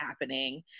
happening